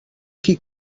qui